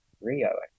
Rio